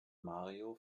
mario